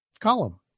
column